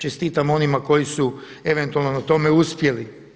Čestitam onima koji su eventualno na tome uspjeli.